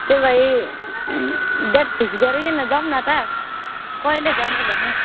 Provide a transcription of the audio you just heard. त्यसोभए date fix गरीकन जाऔँ न त कहिले जाने भन